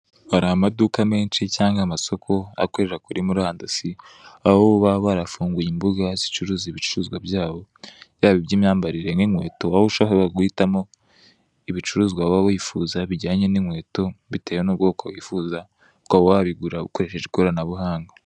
Hari amaduka menshi cyangwa amasoko akorera kuri murandasi, aho baba bafunguye imbuga zicuruza ibicuruzwa byabo yaba iby'imyambarire nk'inkweto aho ushobora guhitamo ibicuruzwa wowe wifuza bijyanye n'inkweto, bitewe n'ubwoko wifuza ukaba wabigura ukoresheje ikoranabuhanga.